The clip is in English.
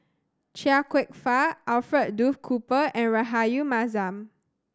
Chia Kwek Fah Alfred Duff Cooper and Rahayu Mahzam